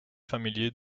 familier